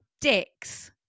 dicks